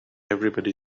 everyone